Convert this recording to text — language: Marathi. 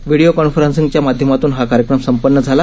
व्हिडिओ कॉन्फरन्सिंगच्या माध्यामातून हा कार्यक्रम संपन्न झाला